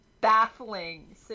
baffling